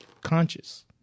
conscious